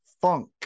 Funk